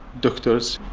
doctors.